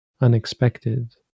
unexpected